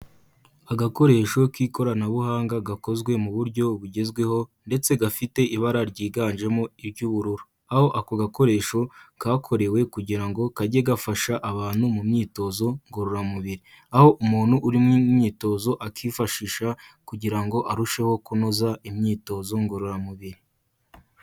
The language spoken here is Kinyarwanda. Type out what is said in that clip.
Agakoresho k'ikoranabuhanga gakozwe mu buryo bugezweho ndetse gafite ibara ryiganjemo iry'ubururu, aho ako gakoresho kakorewe kugira ngo kajye gafasha abantu mu myitozo ngororamubiri, aho umuntu uri mu myitozo akifashisha kugira ngo arusheho kunoza imyitozo ngororamubiri.